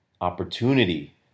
opportunity